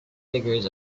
figures